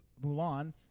Mulan